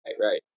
right